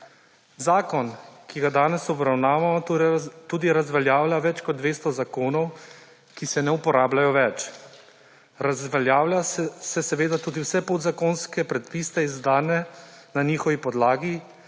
Zakon, ki ga danes obravnavamo tudi razveljavlja več kot 200 zakonov, ki se ne uporabljajo več. Razveljavlja se seveda tudi vse podzakonske predpise izdane na njihovi podlagi,